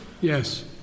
Yes